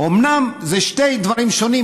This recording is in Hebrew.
אומנם אלה שני דברים שונים,